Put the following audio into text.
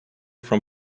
from